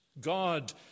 God